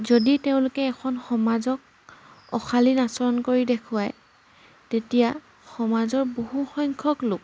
যদি তেওঁলোকে এখন সমাজক অশালীন আচৰণ কৰি দেখুৱায় তেতিয়া সমাজৰ বহুসংখ্যক লোক